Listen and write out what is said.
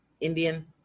Indian